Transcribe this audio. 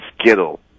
Skittle